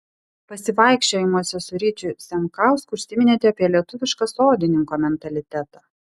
pasivaikščiojimuose su ryčiu zemkausku užsiminėte apie lietuvišką sodininko mentalitetą